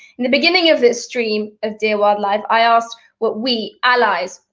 in the beginning of this stream, of dearworld live, i asked what we, allies,